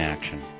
Action